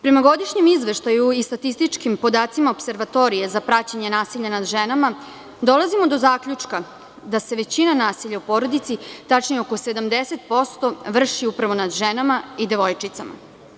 Prema godišnjem izveštaju i statističkim podacima opservatorije za praćenje nasilja nad ženama dolazimo do zaključka da se većina nasilja u porodici, tačnije, oko 70% vrši upravo nad ženama i devojčicama.